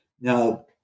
Now